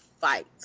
fight